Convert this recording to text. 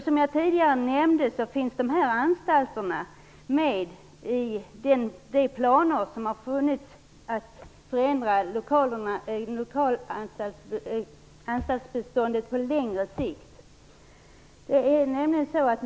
Som jag tidigare nämnde finns dessa anstalter med i de planer som har funnits för att förändra anstaltsbeståndet på längre sikt.